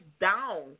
down